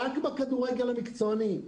רק בכדורגל המקצועני,